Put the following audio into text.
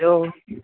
hello